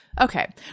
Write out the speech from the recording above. Okay